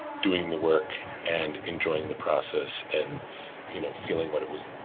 doing the work and enjoying the process, and you know feeling what it was